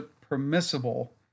permissible